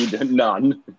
None